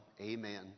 amen